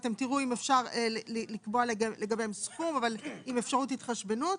אתם תראו אם אפשר לקבוע לגביהם אבל עם אפשרות התחשבנות.